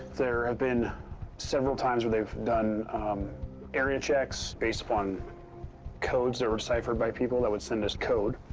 there have been several times where they've done area checks, based upon codes that were deciphered by people that would send us code